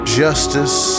justice